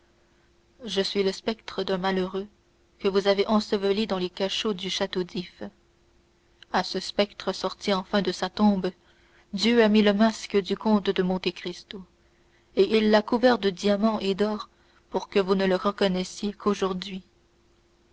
je suis le spectre d'un malheureux que vous avez enseveli dans les cachots du château d'if à ce spectre sorti enfin de sa tombe dieu a mis le masque du comte de monte cristo et il l'a couvert de diamants et d'or pour que vous ne le reconnaissiez qu'aujourd'hui